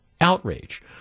outrage